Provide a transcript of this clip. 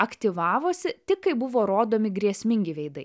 aktyvavosi tik kai buvo rodomi grėsmingi veidai